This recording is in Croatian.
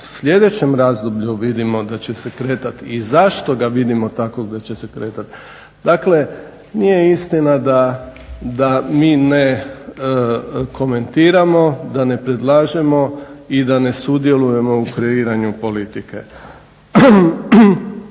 sljedećem razdoblju vidimo da će se kretati i zašto ga vidimo takvog da će se kretat. Dakle, nije istina da mi ne komentiramo, da ne predlažemo i da ne sudjelujemo u kreiranju politike.